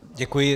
Děkuji.